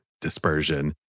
dispersion